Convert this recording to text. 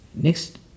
Next